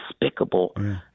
despicable